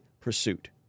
pursuit